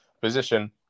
position